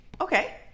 okay